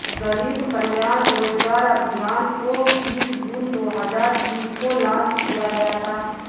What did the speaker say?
गरीब कल्याण रोजगार अभियान को बीस जून दो हजार बीस को लान्च किया गया था